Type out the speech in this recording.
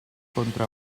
contra